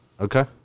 Okay